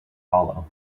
hollow